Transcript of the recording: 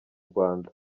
rwanda